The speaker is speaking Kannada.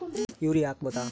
ಯೂರಿಯ ಹಾಕ್ ಬಹುದ?